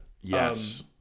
Yes